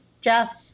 Jeff